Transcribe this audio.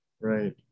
Right